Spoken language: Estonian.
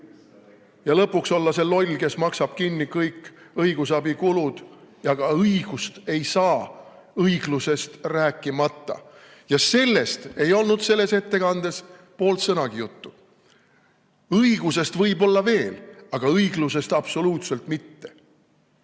Ja lõpuks olla see loll, kes maksab kinni kõik õigusabikulud ja ka õigust ei saa, õiglusest rääkimata. Sellest ei olnud selles ettekandes poolt sõnagi juttu. Õigusest võib-olla veel, aga õiglusest absoluutselt mitte.